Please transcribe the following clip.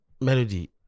Melody